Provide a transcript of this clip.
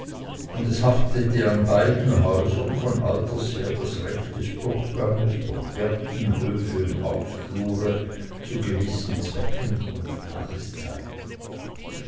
und es haftete an beiden häusern von alters her das recht des durchganges durch gärten höfe und hausflüre zu gewissen zwecken und tageszeiten